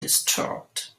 disturbed